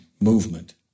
movement